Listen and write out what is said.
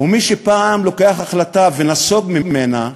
ומי שפעם מקבל החלטה ונסוג ממנה,